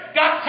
got